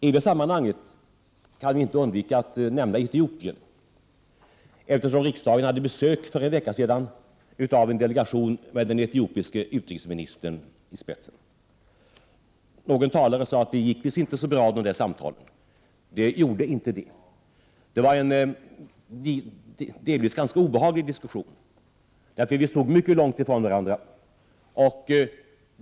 I det sammanhanget kan jag inte undvika att nämna Etiopien, eftersom riksdagen hade besök för en vecka sedan av en delegation med den etiopiske utrikesministern i spetsen. Någon talare sade att de gick visst inte så bra de samtalen. De gjorde inte det. Det var en delvis ganska obehaglig diskussion, där vi stod mycket långt ifrån varandra.